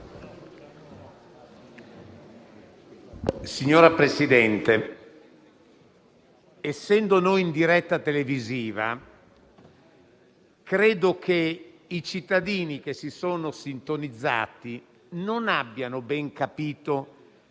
Signor Presidente, poiché è in corso la diretta televisiva, credo che i cittadini che si sono ora sintonizzati non abbiano ben capito